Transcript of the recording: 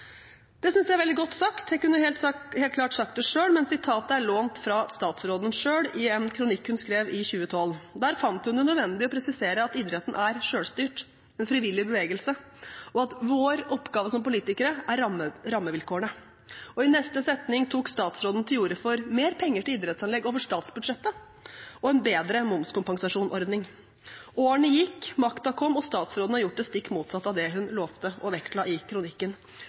Det synes jeg er veldig godt sagt – jeg kunne helt klart ha sagt det selv – men sitatet er lånt fra statsråden selv i en kronikk hun skrev i 2012. Der fant hun det nødvendig å presisere at idretten er selvstyrt og en frivillig bevegelse, og at vår oppgave som politikere er å gi rammevilkårene. Og i neste setning tok statsråden til orde for mer penger til idrettsanlegg over statsbudsjettet og en bedre momskompensasjonsordning. Årene gikk, makta kom, og statsråden har gjort det stikk motsatte av det hun lovte og vektla i kronikken.